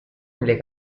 nelle